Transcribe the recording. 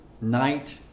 night